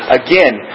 again